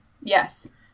Yes